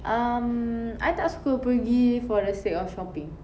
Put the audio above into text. um I tak suka pergi for the sake of shopping